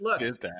look